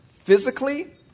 Physically